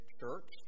church